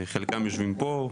חלקם יושבים פה,